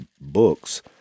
books